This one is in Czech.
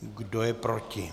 Kdo je proti?